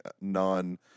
non